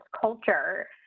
culture